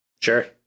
Sure